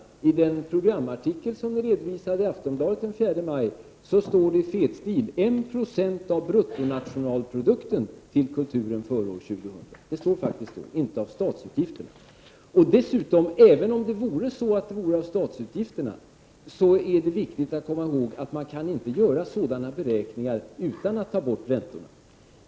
I den programartikel som redovisades i Aftonbladet den 4 maj stod det med fetstil: 1 90 av bruttonationalprodukten till kulturen före 2000. Där stod inte talat om statsutgifterna. Även om det skulle gälla statsutgifterna är det viktigt att komma ihåg att man inte kan göra sådana procentuella beräkningar utan att ta bort räntorna.